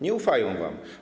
Nie ufają wam.